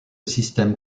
système